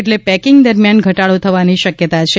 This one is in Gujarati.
એટલે પેકિંગ દરમ્યાન ઘટાડો થવાની શક્યતા છે